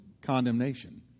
condemnation